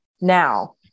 now